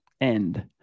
end